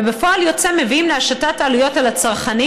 וכפועל יוצא מביאים להשתת העלויות על הצרכנים